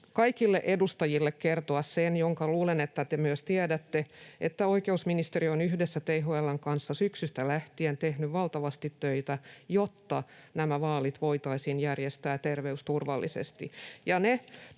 kaikille edustajille kertoa sen — ja luulen, että te sen myös tiedätte — että oikeusministeriö on yhdessä THL:n kanssa syksystä lähtien tehnyt valtavasti töitä, jotta nämä vaalit voitaisiin järjestää terveysturvallisesti.